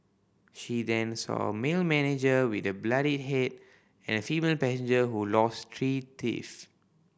she then saw a male manager with a bloodied head and a female passenger who lost three teeth